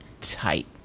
tight